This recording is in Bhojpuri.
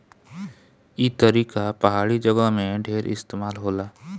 ई तरीका पहाड़ी जगह में ढेर इस्तेमाल होला